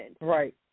Right